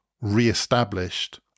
re-established